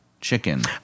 chicken